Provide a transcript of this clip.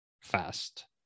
fast